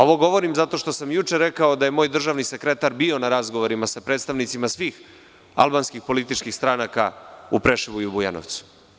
Ovo govorim zato što sam juče rekao da je moj državni sekretar bio na razgovorima sa predstavnicima svih albanskih političkih stranaka u Preševu i u Bujanovcu.